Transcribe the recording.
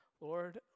Lord